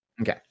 Okay